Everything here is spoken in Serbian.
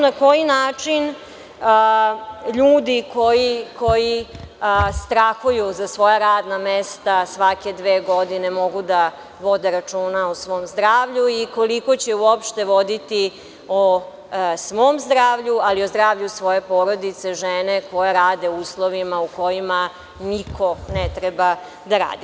Na koji način ljudi koji strahuju za svoja radna mesta svake dve godine mogu da vode računa o svom zdravlju i koliko će uopšte voditi računa o svom zdravlju, ali i o zdravlju svoje porodice, žene koja radi u uslovima u kojima niko ne treba da radi?